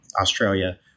australia